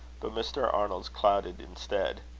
but mr. arnold's clouded instead.